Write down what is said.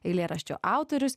eilėraščio autorius